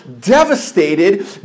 devastated